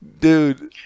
dude